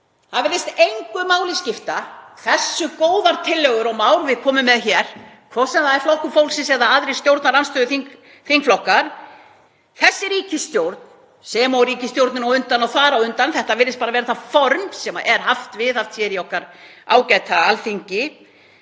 Það virðist engu máli skipta hversu góðar tillögur og mál við komum með hér, hvort sem það er Flokkur fólksins eða aðrir stjórnarandstöðuþingflokkar, þessi ríkisstjórn sem og ríkisstjórnin á undan og þar á undan — þetta virðist bara vera það form sem er haft viðhaft hér á okkar ágæta Alþingi.